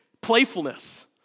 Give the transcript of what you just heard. Playfulness